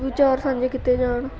ਵਿਚਾਰ ਸਾਂਝੇ ਕੀਤੇ ਜਾਣ